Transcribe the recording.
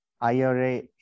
IRA